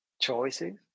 choices